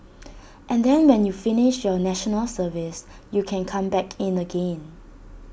and then when you finish your National Service you can come back in again